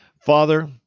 Father